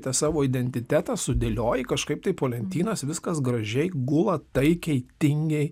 tą savo identitetą sudėlioji kažkaip tai po lentynas viskas gražiai gula taikiai tingiai